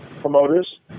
promoters